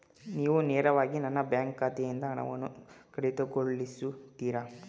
ನೀವು ನೇರವಾಗಿ ನನ್ನ ಬ್ಯಾಂಕ್ ಖಾತೆಯಿಂದ ಹಣವನ್ನು ಕಡಿತಗೊಳಿಸುತ್ತೀರಾ?